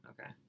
Okay